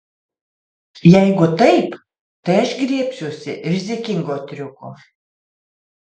jeigu taip tai aš griebsiuosi rizikingo triuko